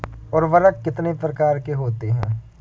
उर्वरक कितनी प्रकार के होते हैं?